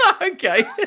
Okay